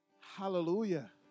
Hallelujah